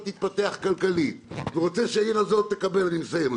תתפתח כלכלית ורוצה שלעיר הזאת אני מסיים,